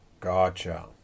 Gotcha